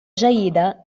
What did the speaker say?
جيدة